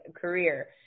career